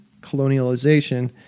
colonialization